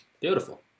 beautiful